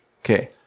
Okay